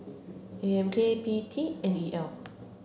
A M K P T N E L